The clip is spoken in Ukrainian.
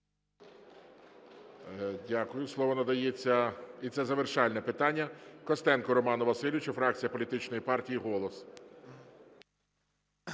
Дякую. Слово надається, і це завершальне питання, Костенку Роману Васильовичу, фракція політичної партії "Голос".